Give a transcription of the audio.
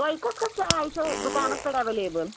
تۄہہِ کُس کُس چاے چھَو دُکانَس پٮ۪ٹھ ایٚویلیبُل